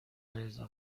علیرضا